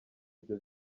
ibyo